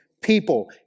people